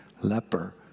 leper